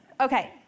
Okay